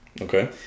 Okay